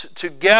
together